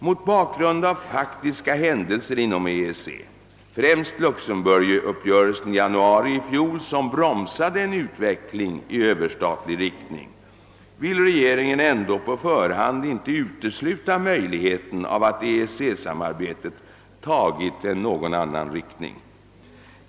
Mot bakgrund av faktiska händelser inom EEC — främst Luxemburguppgörelsen i januari i fjol som bromsade en utveckling i överstatlig riktning — vill regeringen ändå på förhand inte utesluta möjligheten av att EEC-samarbetet tagit en något annan riktning.